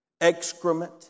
excrement